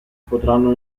potranno